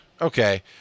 okay